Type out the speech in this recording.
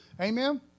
Amen